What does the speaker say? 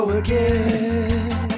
again